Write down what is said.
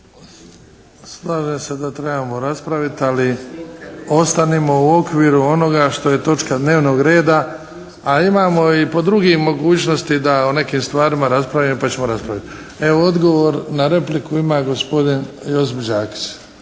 Spravlja se da trebamo raspraviti, ali ostanimo u okviru onoga što je točka dnevnog reda, a imamo po drugoj mogućnosti da o nekim stvarima raspravimo, pa ćemo raspraviti. Evo odgovor na repliku ima gospodin Josip Đakić.